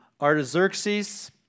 Artaxerxes